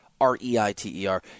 R-E-I-T-E-R